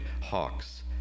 Hawks